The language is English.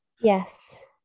Yes